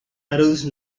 arouse